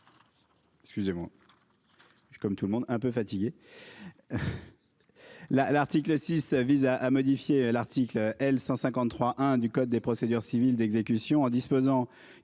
Excusez-moi. Et comme tout le monde un peu fatiguée. La, l'article 6 visent à à modifier l'article L 153 1 du code des procédures civiles d'exécution en disposant que